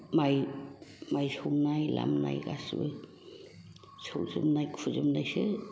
माइ सौनाय लामनाय गासिबो सौजोबनाय खुजोबनायसो